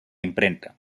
imprenta